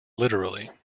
literally